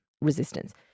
resistance